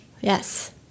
Yes